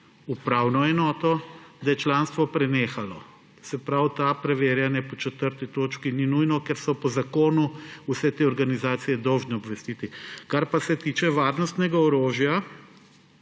upravno enoto, da je članstvo prenehalo. Se pravi, da to preverjanje po 4. točki ni nujno, ker so po zakonu vse te organizacije dolžne obvestiti. Kar pa se tiče varnostnega orožja,